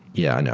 yeah, i know.